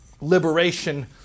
liberation